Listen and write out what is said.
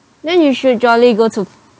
then you should jolly go to